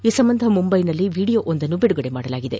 ಈ ಸಂಬಂಧ ಮುಂಬೈನಲ್ಲಿ ವಿಡಿಯೊ ಒಂದನ್ನು ಬಿದುಗಡೆ ಮಾದಲಾಗಿದೆ